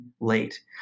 late